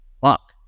fuck